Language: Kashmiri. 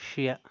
شےٚ